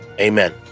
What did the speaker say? amen